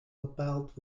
bepaald